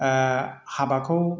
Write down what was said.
हाबाखौ